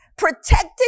protected